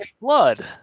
blood